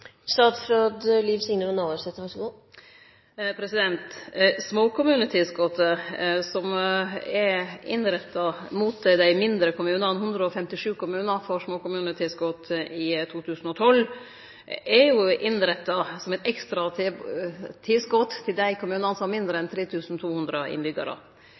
Småkommunetilskotet, som er innretta mot dei mindre kommunane – 157 kommunar får småkommunetilskot i 2012 – er innretta som eit ekstra tilskot til dei kommunane som har mindre enn 3 200